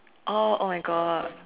oh oh my God